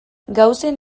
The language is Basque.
gaussen